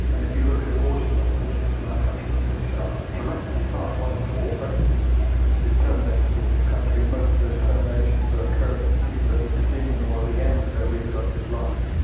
and if you look at abortion statistics in our country, which are dramatically high, one in four pregnancies is terminated in this country, most of those terminations are occurring to people at the beginning or the end of their reproductive life.